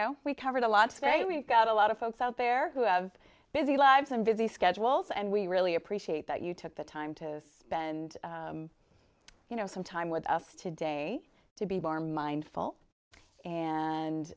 know we covered a lot today we've got a lot of folks out there who have busy lives and busy schedules and we really appreciate that you took the time to spend you know some time with us today to be bar mindful and